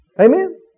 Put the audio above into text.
Amen